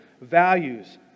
values